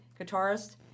guitarist